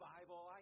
Bible